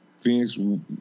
Phoenix